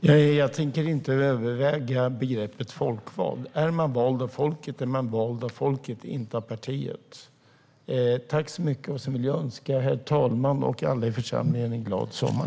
Herr talman! Jag tänker inte överväga begreppet folkvald. Är man vald av folket så är man vald av folket, inte av partiet. Jag vill önska herr talmannen och alla i församlingen en glad sommar!